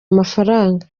amafaranga